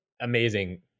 amazing